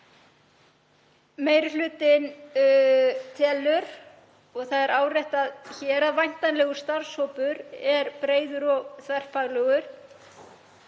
Meiri hlutinn telur, og það er áréttað hér, að væntanlegur starfshópur sé breiður og þverfaglegur.